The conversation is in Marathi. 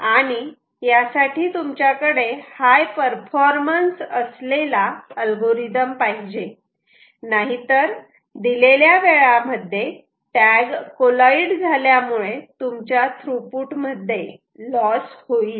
आणि यासाठी तुमच्याकडे फार हाय परफॉर्मन्स असलेला अल्गोरिदम पाहिजे नाहीतर दिलेल्या वेळामध्ये टॅग कॉलाईड झाल्यामुळे तुमच्या थ्रुपुट मध्ये लॉस होईल